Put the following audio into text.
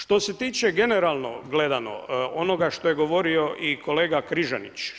Što se tiče generalno gledano onoga što je govorio i kolega Križanić.